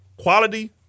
quality